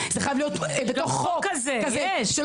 אם אני לא חושב כמוך --- אתה לא